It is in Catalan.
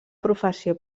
professió